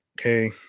Okay